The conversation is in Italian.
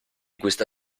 questa